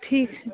ٹھیٖک چھُ